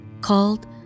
called